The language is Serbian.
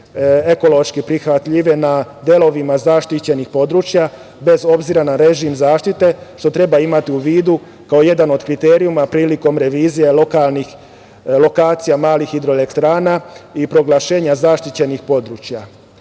ekološki prihvatljive na delovima zaštićenih područja, bez obzira na režim zaštite, što treba imati u vidu kao jedan od kriterijuma prilikom revizije lokacija malih hidroelektrana i proglašenja zaštićenih područja. Obzirom